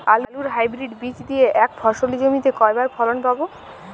আলুর হাইব্রিড বীজ দিয়ে এক ফসলী জমিতে কয়বার ফলন পাব?